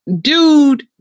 Dude